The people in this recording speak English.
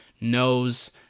knows